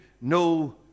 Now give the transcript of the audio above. no